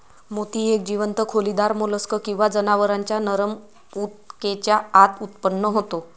मोती एक जीवंत खोलीदार मोल्स्क किंवा जनावरांच्या नरम ऊतकेच्या आत उत्पन्न होतो